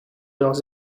leurs